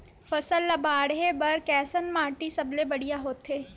फसल ला बाढ़े बर कैसन माटी सबले बढ़िया होथे?